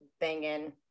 banging